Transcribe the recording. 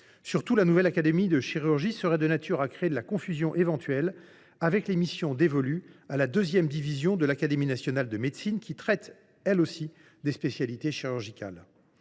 Surtout, la nouvelle académie de chirurgie serait de nature à créer de la confusion éventuelle avec les missions dévolues à la deuxième division de l’Académie nationale de médecine, qui traite, elle aussi, des spécialités chirurgicales.